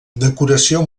decoració